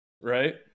Right